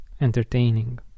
entertaining